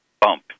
bump